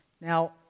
Now